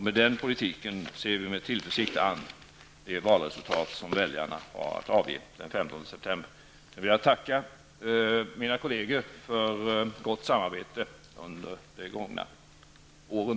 Med den politiken ser vi med tillförsikt valresultatet den 15 september an, då väljarna har att avge sina röster. Avslutningsvis vill jag tacka mina kolleger för ett gott samarbete under de gångna åren.